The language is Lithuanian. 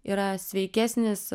yra sveikesnis